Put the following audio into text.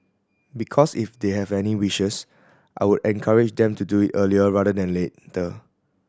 because if they have any wishes I will encourage them to do it earlier rather than later